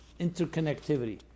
interconnectivity